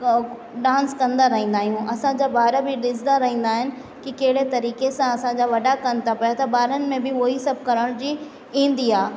dance कंदा रहंदा आहियूं असांजा ॿार बि ॾिसंदा रहंदा आहिनि की कहिड़े तरीक़े सां असांजा वॾा कनि था पिया त ॿारनि में बि उहो ई सभु करण जी ईंदी आहे